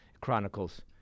Chronicles